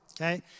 Okay